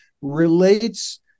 relates